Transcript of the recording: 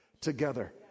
together